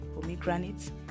pomegranates